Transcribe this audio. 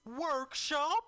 Workshop